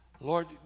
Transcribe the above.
Lord